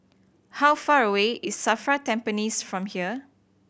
how far away is SAFRA Tampines from here